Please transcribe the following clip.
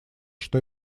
что